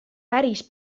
päris